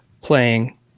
playing